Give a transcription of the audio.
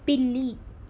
పిల్లి